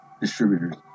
distributors